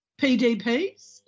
PDPs